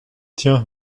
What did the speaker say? tiens